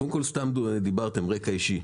קודם כל דיברתם על רקע אישי.